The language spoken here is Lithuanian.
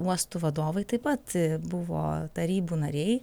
uostų vadovai taip pat buvo tarybų nariai